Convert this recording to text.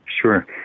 Sure